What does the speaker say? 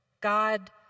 God